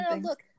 Look